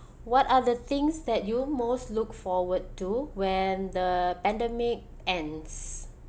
what are the things that you most look forward to when the pandemic ends